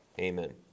Amen